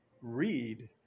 read